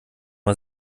mal